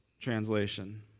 translation